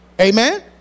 Amen